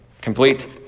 Complete